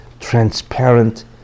transparent